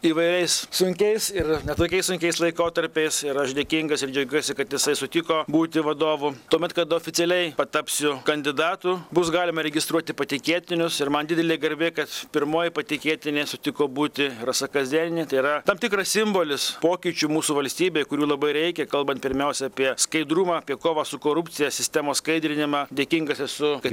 įvairiais sunkiais ir ne tokiais sunkiais laikotarpiais ir aš dėkingas ir džiaugiuosi kad jisai sutiko būti vadovu tuomet kada oficialiai patapsiu kandidatu bus galima registruoti patikėtinius ir man didelė garbė kad pirmoji patikėtinė sutiko būti rasa kazėnienė tai yra tam tikras simbolis pokyčių mūsų valstybei kurių labai reikia kalbant pirmiausia apie skaidrumą apie kovą su korupcija sistemos skaidrinimą dėkingas esu kad